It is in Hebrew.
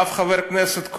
אף חבר כנסת,